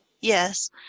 yes